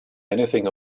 anything